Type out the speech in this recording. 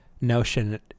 notion